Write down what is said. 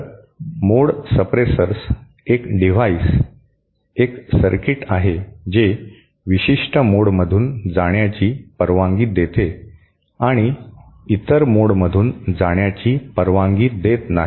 तर mode suppressors एक device एक सर्किट आहे जे विशिष्ट मोडमधून जाण्याची परवानगी देते आणि इतर मोडमधून जाण्याची परवानगी देत नाही